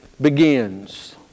begins